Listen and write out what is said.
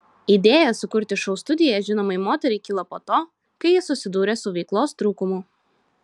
idėja sukurti šou studiją žinomai moteriai kilo po to kai ji susidūrė su veiklos trūkumu